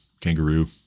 kangaroo